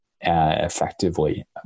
effectively